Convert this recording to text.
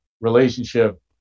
relationship